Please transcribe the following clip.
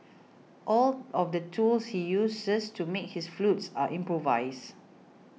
all of the tools he uses to make his flutes are improvised